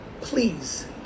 Please